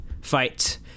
fight